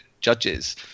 judges